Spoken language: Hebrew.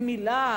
גמילה,